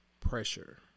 pressure